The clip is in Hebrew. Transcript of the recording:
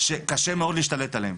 שקשה מאוד להשתלט עליהם,